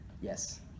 Yes